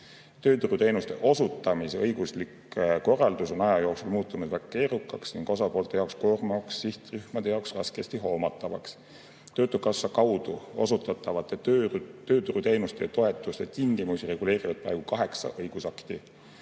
Tööturuteenuste osutamise õiguslik korraldus on aja jooksul muutunud väga keerukaks ning osapoolte jaoks koormavaks, sihtrühmade jaoks raskesti hoomatavaks. Töötukassa kaudu osutatavate tööturuteenuste ja -toetuste tingimusi reguleerivad praegu kaheksa õigusakti.